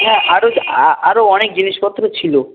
হ্যাঁ আরো আ আরো অনেক জিনিসপত্র ছিল